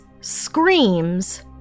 screams